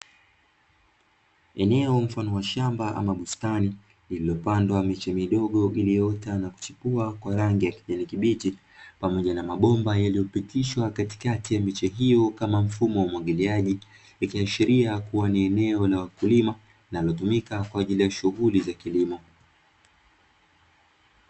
Eneo mfano wa shamba ama bustani iliyopandwa miche midogo iliyoota na kuchipua kwa rangi ya kijani kibichi, pamoja na mabomba yaliyopitishwa katikati ya miche hiyo kama mfumo wa umwagiliaji, ikiashiria kuwa ni eneo la wakulima linalotumika kwajili ya shughuli za kilimo.